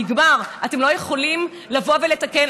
מצהיר על הוועדה הנוספת.